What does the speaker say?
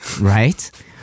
Right